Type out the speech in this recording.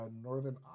Northern